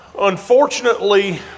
Unfortunately